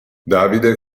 davide